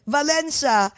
Valencia